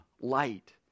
light